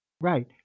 Right